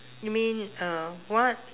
you mean uh what